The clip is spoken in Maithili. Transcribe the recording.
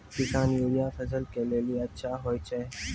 किसान यूरिया फसल के लेली अच्छा होय छै?